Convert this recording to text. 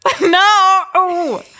No